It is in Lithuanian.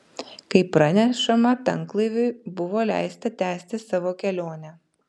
kaip pranešama tanklaiviui buvo leista tęsti savo kelionę